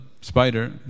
spider